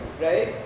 right